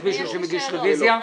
יש מישהו שמגיש רביזיה?